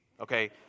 okay